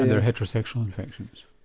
and they are heterosexual infections?